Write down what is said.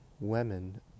women